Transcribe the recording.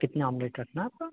कितना आमलेट रखना है आपका